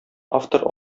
автор